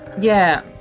yeah.